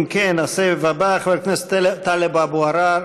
אם כן, השואל הבא חבר הכנסת טלב אבו עראר.